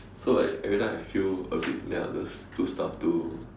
so like every time I feel a bit then I'll just do stuff do